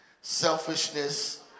selfishness